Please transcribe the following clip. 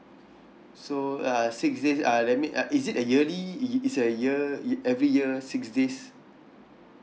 so uh six days uh that mean uh is it a yearly ye~ it's a year ye~ every year six days